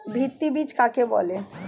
ভিত্তি বীজ কাকে বলে?